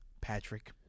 Patrick